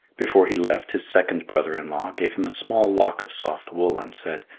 before he left, his second brother-in-law gave him a small lock of soft wool, and said,